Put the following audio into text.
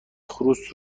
خروس